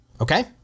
okay